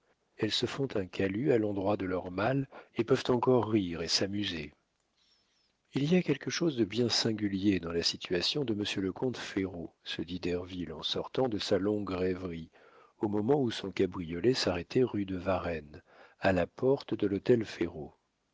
elles se font un calus à l'endroit de leur mal et peuvent encore rire et s'amuser il y a quelque chose de bien singulier dans la situation de monsieur le comte ferraud se dit derville en sortant de sa longue rêverie au moment où son cabriolet s'arrêtait rue de varennes à la porte de l'hôtel